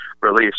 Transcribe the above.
release